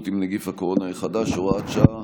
עם נגיף הקורונה החדש (הוראת שעה)